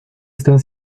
están